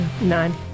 Nine